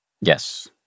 Yes